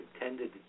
intended